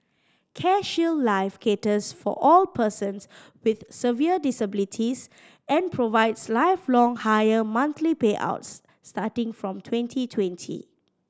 CareShield Life caters for all persons with severe disabilities and provides lifelong higher monthly payouts starting from twenty twenty